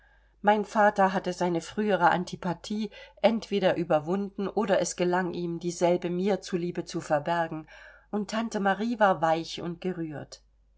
mein vater hatte seine frühere antipathie entweder überwunden oder es gelang ihm dieselbe mir zu liebe zu verbergen und tante marie war weich und gerührt